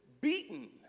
beaten